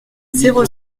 zéro